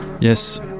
Yes